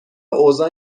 اوضاع